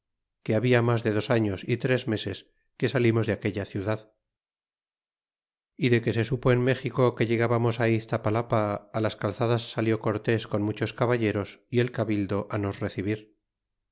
que habla mas de dos años y tres meses cine salimos de aquella ciudad y de que se supo en méxico que llegábamos iztapalapa á las calzadas salió cortés con muchos caballeros y el cabildo nos recibir